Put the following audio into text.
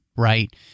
Right